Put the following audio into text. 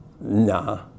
Nah